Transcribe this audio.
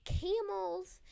Camels